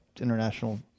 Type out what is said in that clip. international